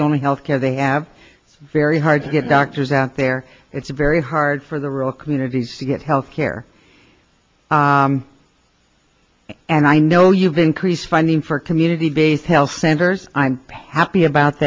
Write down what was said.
the only health care they have very hard to get doctors out there it's very hard for the rural communities to get health care and i know you've increased funding for community based health centers i'm happy about